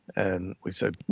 and we said,